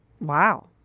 Wow